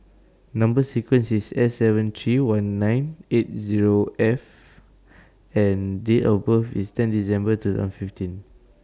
Number sequence IS S seven three one nine eight Zero F and Date of birth IS ten December two and fifteen